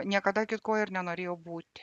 niekada kitkuo ir nenorėjau būti